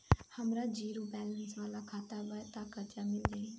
हमार zero balance वाला खाता बा त कर्जा मिल जायी?